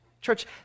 Church